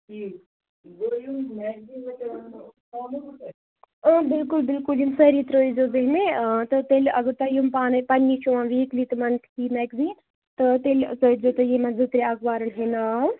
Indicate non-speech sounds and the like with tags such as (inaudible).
(unintelligible) اۭں بِلکُل بِلکُل یِم سٲری ترٲزیٚو تُہۍ مےٚ تہٕ تیٚلہِ اگر تۄہِہ یِم پانے پَنٛنی چھِو یِوان ویٖکلی تہٕ منتھٕلی میٚکزیٖن تہٕ تیٚلہٕ ترٲزیٚو تُہۍ یِمن زٕ ترٛےٚ اخبارن ہِنٛدۍ ناو